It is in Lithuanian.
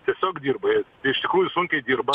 tiesiog dirba jie iš tikrųjų sunkiai dirba